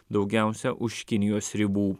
daugiausiai už kinijos ribų